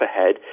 ahead